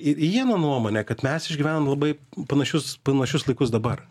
ir ieno nuomone kad mes išgyvenam labai panašius panašius laikus dabar